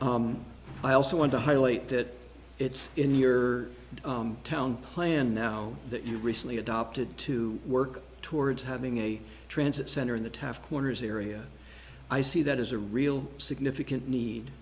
i also want to highlight that it's in your town plan now that you've recently adopted to work towards having a transit center in the taft corners area i see that as a real significant need